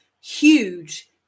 huge